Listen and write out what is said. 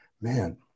man